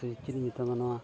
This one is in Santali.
ᱪᱮᱫ ᱤᱧ ᱢᱮᱛᱟᱢᱟ ᱱᱚᱣᱟ